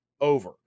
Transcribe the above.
over